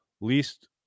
least